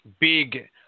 big